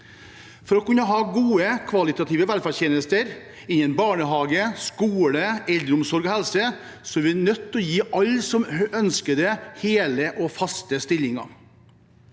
For å kunne ha gode og kvalitative velferdstjenester innen barnehage, skole, eldreomsorg og helse, er vi nødt til å gi alle som ønsker det, hele og faste stillinger.